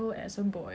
okay cause